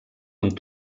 amb